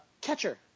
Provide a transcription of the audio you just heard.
catcher